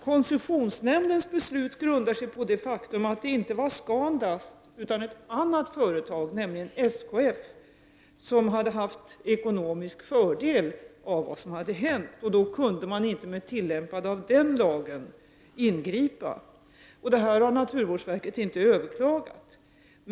Koncessionsnämndens beslut grundar sig på det faktum att det inte var Scandust utan ett annat företag, nämligen SKF, som hade haft ekonomisk fördel av vad som hänt. Då kunde man inte med tillämpande av lagen ingripa. Det här har naturvårdsverket inte överklagat.